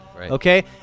okay